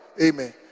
Amen